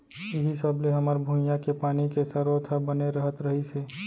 इहीं सब ले हमर भुंइया के पानी के सरोत ह बने रहत रहिस हे